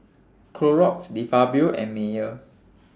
Clorox De Fabio and Mayer